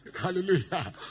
Hallelujah